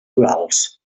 torals